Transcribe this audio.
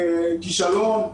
כישלון.